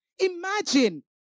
Imagine